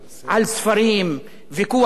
ויכוח מעמיק עם מומחים,